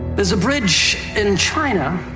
there's a bridge in china